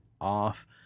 off